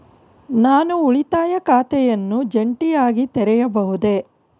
ನಾನು ಉಳಿತಾಯ ಖಾತೆಯನ್ನು ಜಂಟಿಯಾಗಿ ತೆರೆಯಬಹುದೇ?